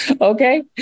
Okay